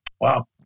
Wow